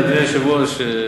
אדוני היושב-ראש,